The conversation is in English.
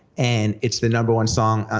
and it's the number one song, ah